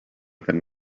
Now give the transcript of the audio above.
than